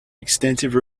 extensive